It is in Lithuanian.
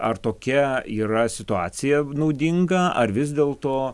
ar tokia yra situacija naudinga ar vis dėlto